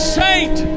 saint